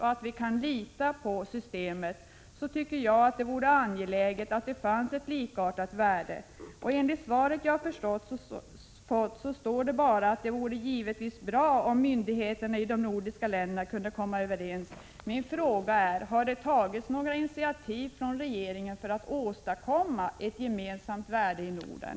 För att skapa tilltro till systemet är det angeläget att man försöker komma fram till ett likartat gränsvärde. I svaret sägs bara att det givetvis vore bra om myndigheterna i de nordiska länderna kunde komma överens om likartade riktvärden. Min fråga är: Har regeringen tagit några initiativ för att åstadkomma ett gemensamt riktvärde i Norden?